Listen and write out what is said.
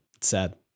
sad